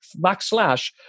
backslash